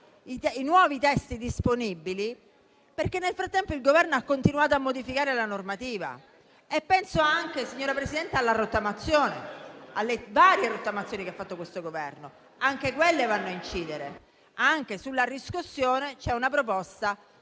i nuovi testi disponibili, perché nel frattempo il Governo ha continuato a modificare la normativa. Penso anche, signor Presidente, alle varie rottamazioni che ha fatto questo Governo; che pure vanno a incidere. Anche sulla riscossione c'è una proposta